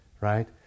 right